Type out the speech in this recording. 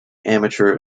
amateur